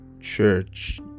church